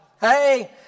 Hey